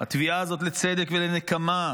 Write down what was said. התביעה הזאת לצדק ולנקמה,